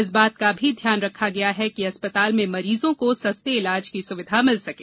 इस बात का भी ध्यान रखा गया है कि अस्पताल में मरीजों को सस्ते इलाज की सुविधा मिल सकें